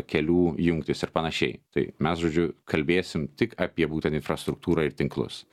kelių jungtys ir panašiai tai mes žodžiu kalbėsim tik apie būtent infrastruktūrą ir tinklus